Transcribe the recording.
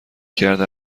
کرده